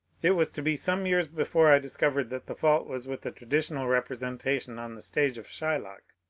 it was to be some years before i discovered that the fault was with the traditional representation on the stage of shylock,